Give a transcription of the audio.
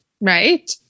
right